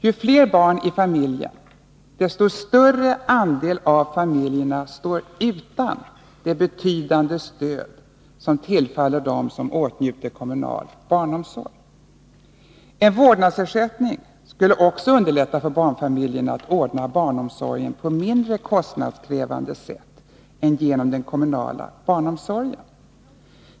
Ju fler barn i familjen, desto större andel av familjerna står utan det betydande stöd som tillfaller dem som åtnjuter kommunal barnomsorg. En vårdnadsersättning skulle också underlätta för barnfamiljerna att ordna barnomsorgen på mindre kostnadskrävande sätt än genom den kommunala barnomsorgen.